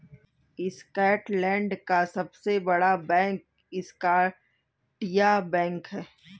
Scotland का सबसे बड़ा बैंक स्कॉटिया बैंक है